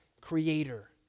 creator